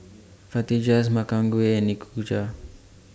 Fajitas Makchang Gui and Nikujaga